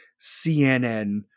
CNN